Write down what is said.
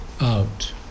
out